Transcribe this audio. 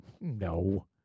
No